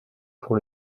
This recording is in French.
pour